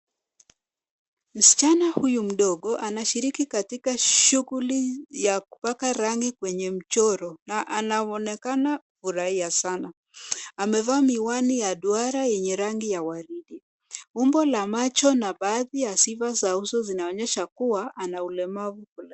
Msichana huyu mdogo anashiriki katika shughuli ya kupaka rangi kwenye mchoro na anaonekana kufurahia sana. Amevaa miwani ya duara yenye rangi ya waridi. Umbo la macho na baadhi ya sifa za uso zinaonyesha kuwa ana ulemavu fulani.